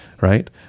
right